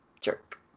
jerk